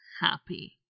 happy